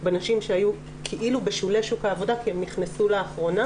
בנשים שהיו כאילו בשולי שוק העבודה כי הן נכנסו לאחרונה,